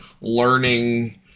learning